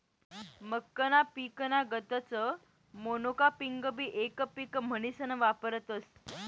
मक्काना पिकना गतच मोनोकापिंगबी येक पिक म्हनीसन वापरतस